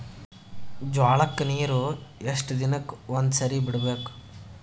ಜೋಳ ಕ್ಕನೀರು ಎಷ್ಟ್ ದಿನಕ್ಕ ಒಂದ್ಸರಿ ಬಿಡಬೇಕು?